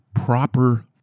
proper